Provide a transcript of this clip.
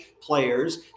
players